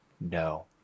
No